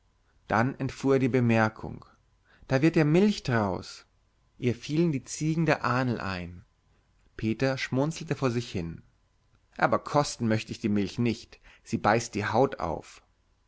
dann entfuhr ihr die bemerkung da wird ja milch draus ihr fielen die ziegen der ahnl ein peter schmunzelte vor sich hin aber kosten möcht ich die milch nicht sie beißt die haut auf